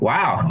Wow